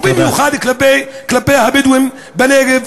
ובמיוחד כלפי הבדואים בנגב.